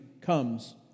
comes